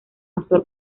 actor